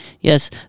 Yes